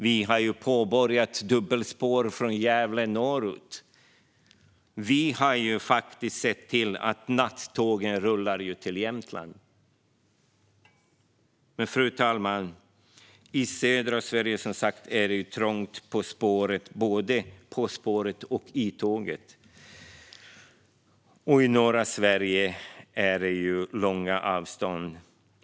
Vi har påbörjat dubbelspår från Gävle norrut. Vi har sett till att nattågen rullar till Jämtland. Men, fru talman, i södra Sverige är det som sagt trångt både på spåret och i tåget. I norra Sverige är det långa avstånd.